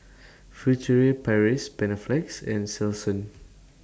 Furtere Paris Panaflex and Selsun